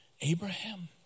Abraham